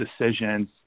decisions